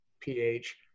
pH